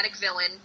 villain